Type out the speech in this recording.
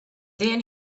then